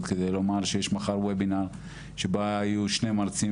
שיש מחר וובינאר שבה יהיו שני מרצים,